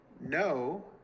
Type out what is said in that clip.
No